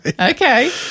Okay